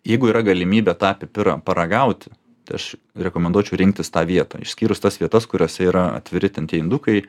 jeigu yra galimybė tą pipirą paragauti tai aš rekomenduočiau rinktis tą vietą išskyrus tas vietas kuriose yra atviri ten tie indukai